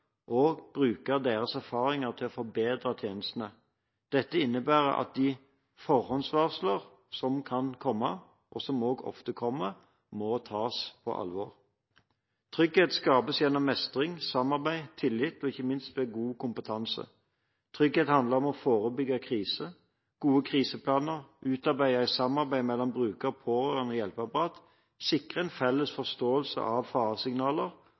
bruke deres erfaringer til å forbedre tjenestene. Dette innebærer at de forhåndsvarsler som kan komme, og som også ofte kommer, må tas på alvor. Trygghet skapes gjennom mestring, samarbeid, tillit og ikke minst ved god kompetanse. Trygghet handler om å forebygge kriser. Gode kriseplaner, utarbeidet i samarbeid mellom bruker, pårørende og hjelpeapparat, sikrer felles forståelse av